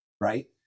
right